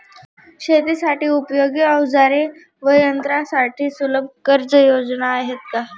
शेतीसाठी उपयोगी औजारे व यंत्रासाठी सुलभ कर्जयोजना आहेत का?